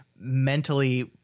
mentally